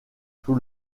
sous